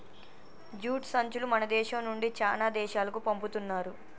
jute సంచులు మన దేశం నుండి చానా దేశాలకు పంపుతున్నారు